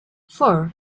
four